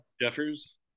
Jeffers